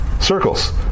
circles